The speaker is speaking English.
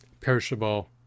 perishable